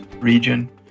region